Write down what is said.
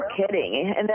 kidding